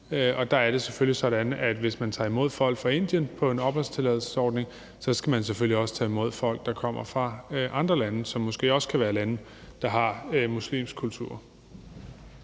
sig. Der er det selvfølgelig sådan, at hvis man tager imod folk fra Indien på en opholdstilladelsesordning, skal man også tage imod folk, der kommer fra andre lande, som måske også kan være lande, der har muslimsk kultur.